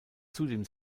zudem